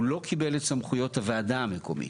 הוא לא קיבל את סמכויות הוועדה המקומית.